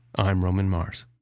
i'm roman mars